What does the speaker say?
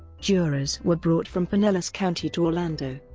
jurors were brought from pinellas county to orlando.